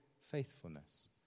faithfulness